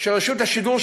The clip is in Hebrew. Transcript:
של רשות השידור,